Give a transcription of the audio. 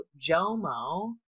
Jomo